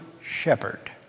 shepherd